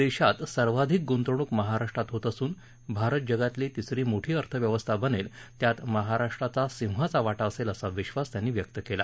देशात सर्वाधिक गुंतवणूक महाराष्ट्रात होत असून भारत जगातली तिसरी मोठी अर्थव्यवस्था बनेल त्यात महाराष्ट्राचा सिंहाचा वाटा असेल असा विश्वास त्यांनी व्यक्त केला